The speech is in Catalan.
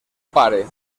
pare